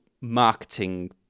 marketing